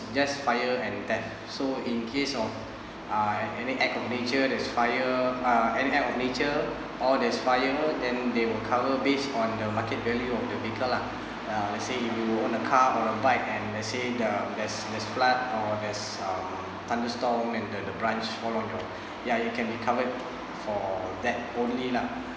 just fire and death so in case of uh at any act of nature there's fire uh any act of major or that's fire then they will cover based on the market value of the vehicle lah uh let's say you own a car or a bike and let's say the there's there's flood or there's um thunderstorm and the the branch fall on your ya you can be covered for that only lah